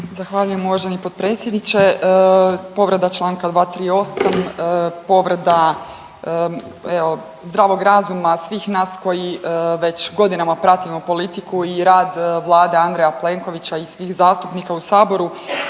Zahvaljujem uvaženi potpredsjedniče. Povreda Članka 238., povreda evo zdravog razuma svih nas koji već godinama pratimo politiku i rad Vlade Andreja Plenkovića i svih zastupnika u saboru.